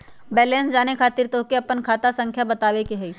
Balance जाने खातिर तोह के आपन खाता संख्या बतावे के होइ?